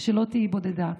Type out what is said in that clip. ושלא תהי בודדה,